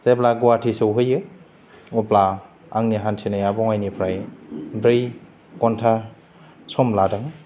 जेब्ला गवाहाटि सौहैयो अब्ला आंनि हान्थिनाया बङाइनिफ्राय ब्रै घन्टा सम लादों